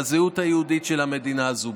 בזהות היהודית של המדינה הזו,